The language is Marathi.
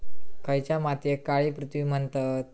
खयच्या मातीयेक काळी पृथ्वी म्हणतत?